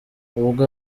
ubwo